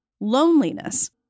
Loneliness